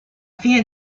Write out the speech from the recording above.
fine